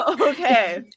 Okay